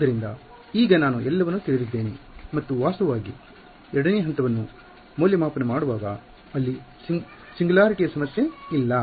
ಆದ್ದರಿಂದ ಈಗ ನಾನು ಎಲ್ಲವನ್ನೂ ತಿಳಿದಿದ್ದೇನೆ ಮತ್ತು ವಾಸ್ತವವಾಗಿ 2ನೇ ಹಂತ ವನ್ನು ಮೌಲ್ಯಮಾಪನ ಮಾಡುವಾಗ ಅಲ್ಲಿ ಸಿಂಗುಲಾರಿಟಿಯ ಸಮಸ್ಯೆ ಇಲ್ಲ